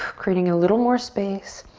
creating a little more space.